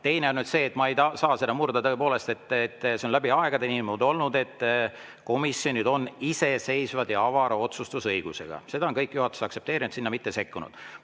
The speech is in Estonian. Teiseks, ma ei saa seda murda tõepoolest, see on läbi aegade nii olnud, et komisjonid on iseseisvad ja avara otsustusõigusega. Seda on kõik juhatused aktsepteerinud, sinna mitte sekkunud.